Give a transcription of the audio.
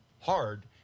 hard